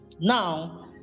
now